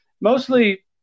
mostly